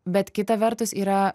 bet kita vertus yra